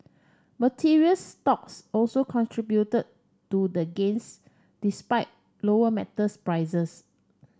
materials stocks also contributed to the gains despite lower metals prices